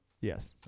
Yes